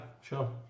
sure